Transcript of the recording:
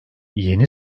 yeni